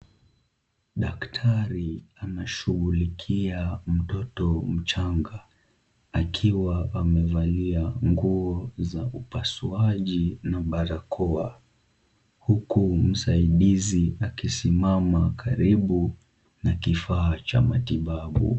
Daktari anashughulikia mtoto mchanga, akiwa amevalia nguo za upasuaji na barakoa, huku msaidizi akisimama karibu na kifaa cha matibabu.